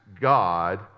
God